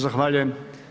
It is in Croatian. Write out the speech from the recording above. Zahvaljujem.